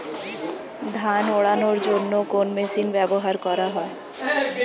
ধান উড়ানোর জন্য কোন মেশিন ব্যবহার করা হয়?